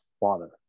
water